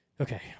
Okay